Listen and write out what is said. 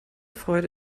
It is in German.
freude